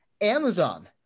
Amazon